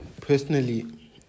Personally